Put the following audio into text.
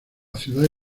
ciudad